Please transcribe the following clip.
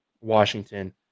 Washington